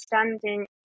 understanding